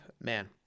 man